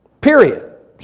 Period